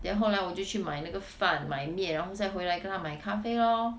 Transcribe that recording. then 后来我就去买那个饭买面然后再回来跟他买咖啡 lor